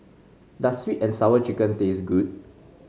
does sweet and Sour Chicken taste good